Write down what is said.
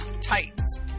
Titans